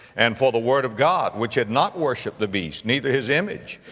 and for the word of god, which had not worshipped the beast, neither his image,